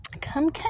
Come